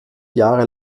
jahre